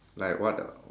like what the